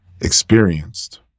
experienced